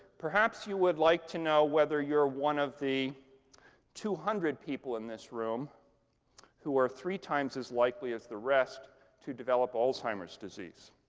perhaps you would like to know whether you're one of the two hundred people in this room who are three times as likely as the rest to develop alzheimer's disease?